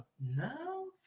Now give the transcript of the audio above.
No